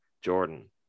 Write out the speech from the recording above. Jordan